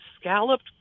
scalloped